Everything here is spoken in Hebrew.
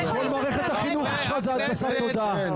כל מערכת החינוך שלך היא הנדסת תודעה.